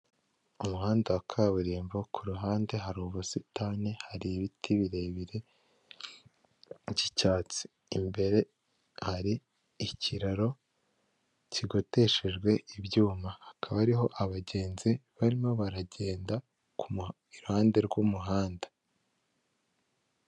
Umuhanda wa kaburimbo ku ruhande hari ubusitani, hari ibiti birebire by'icyatsi, imbere hari ikiraro kigoteshejwe ibyuma, hakaba hariho abagenzi barimo baragenda ku ruhande rw'umuhanda.